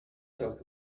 talk